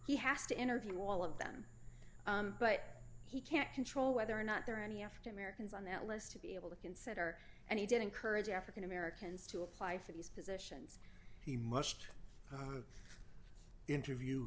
he has to interview all of them but he can't control whether or not there are any african americans on that list to be able to consider and he did encourage african americans to apply for these positions he must interview